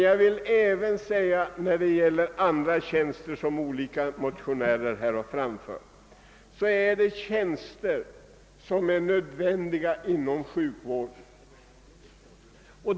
Jag vill emellertid även säga beträffande andra tjänster som övriga motionärer har hemställt om, att dessa är nödvändiga inom sjukvården.